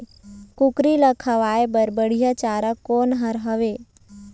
कुकरी ला खवाए बर बढीया चारा कोन हर हावे?